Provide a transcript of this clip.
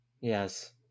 Yes